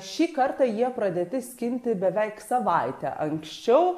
šį kartą jie pradėti skinti beveik savaitę anksčiau